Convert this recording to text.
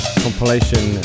compilation